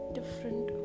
different